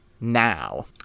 now